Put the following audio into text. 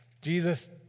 Jesus